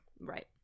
Right